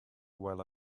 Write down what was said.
while